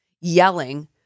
yelling